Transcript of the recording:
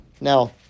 Now